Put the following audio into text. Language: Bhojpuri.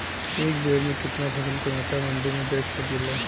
एक बेर में कितना फसल के मात्रा मंडी में बेच सकीला?